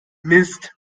mist